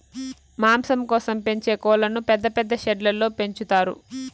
మాంసం కోసం పెంచే కోళ్ళను పెద్ద పెద్ద షెడ్లలో పెంచుతారు